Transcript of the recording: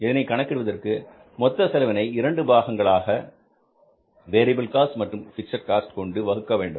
இதனை கணக்கிடுவதற்கு மொத்த செலவினை 2 பாகங்களான வேரியபில் காஸ்ட் மற்றும் பிக்ஸட் காஸ்ட் கொண்டு வகுக்க வேண்டும்